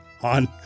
on